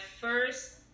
first